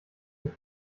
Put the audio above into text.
sich